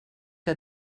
que